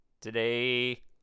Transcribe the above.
Today